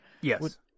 yes